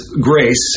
grace